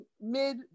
mid